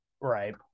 Right